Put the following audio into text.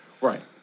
Right